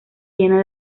llena